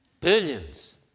Billions